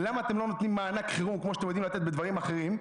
ולמה אתם לא נותנים מענק חירום כמו שאתם יודעים לתת בדברים אחרים?